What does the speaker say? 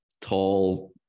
tall